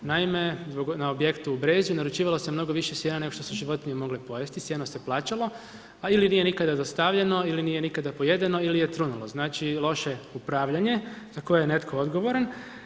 Naime, na objekt u Brezju, naručivalo se mnogo više sijena nego što su životinje mogle pojesti, sijeno se plaćalo ili nikada dostavljeno ili nije nikada pojedeno ili je trunulo, znači loše upravljanje za koje je netko odgovoran.